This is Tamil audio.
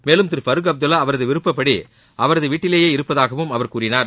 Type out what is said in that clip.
மேலும் திரு ஃபரூக் அப்துல்லா அவரது விருப்பப்படி அவரது வீட்டிலேயே இருப்பதாகவும் அவர் கூறினார்